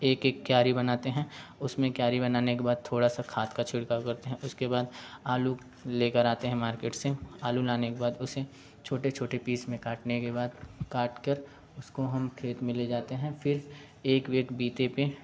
एक एक क्यारी बनाते हैं उसमें क्यारी बनाने के बाद थोड़ा सा खाद का छिड़काव करते हैं उसके बाद आलू लेकर आते हैं मार्केट से आलू लाने के बाद उसे छोटे छोटे पीस में काटने के बाद काट कर उसको हम खेत में ले जाते हैं फिर एक एक बीते पर